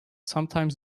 sometimes